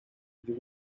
you